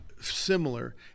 similar